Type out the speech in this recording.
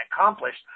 accomplished